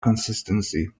consistency